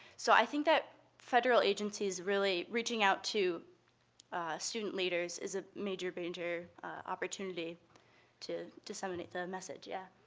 so, i think that federal agencies really reaching out to student leaders is a major, major opportunity to disseminate the message. yeah,